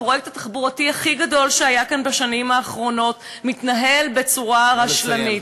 הפרויקט התחבורתי הכי גדול שהיה כאן בשנים האחרונות מתנהל בצורה רשלנית.